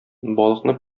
балыкны